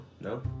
No